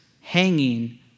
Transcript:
hanging